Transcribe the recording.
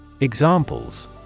Examples